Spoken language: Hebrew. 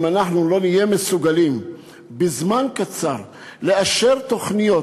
אם אנחנו לא נהיה מסוגלים בזמן קצר לאשר תוכניות,